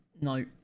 no